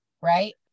right